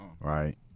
right